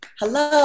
hello